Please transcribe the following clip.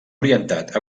orientat